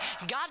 God